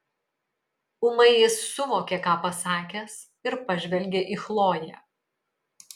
ūmai jis suvokė ką pasakęs ir pažvelgė į chloję